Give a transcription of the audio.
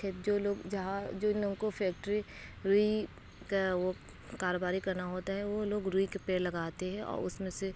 کھیت جو لوگ جہاں جن لوگوں کو فیکٹری روئی کا وہ کاروباری کرنا ہوتا ہے وہ لوگ روئی کا پیڑ لگاتے ہے اور اس میں سے